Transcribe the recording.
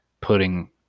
putting